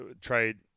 trade